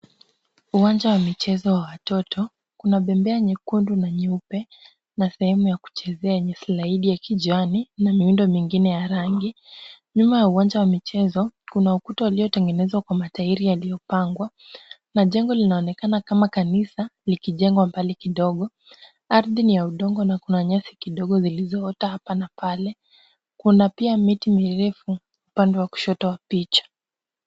Uwanja wa michezo wa watoto, kuna bembea nyekundu na nyeupe. Na sehemu ya kuchezea ni slaidi ya kijani na miundo mingine ya rangi. Nyuma ya uwanja wa michezo, kuna ukuta uliotengenezwa kwa matairi yaliyopangwa. Na jengo linaonekana kama kanisa likijengwa mbali kidogo. Ardhi ni ya udongo na kuna nyasi kidogo zilizoota hapa na pale. Kuna pia miti mirefu upande wa kushoto wa picha.